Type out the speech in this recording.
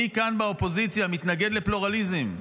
מי כאן באופוזיציה מתנגד לפלורליזם?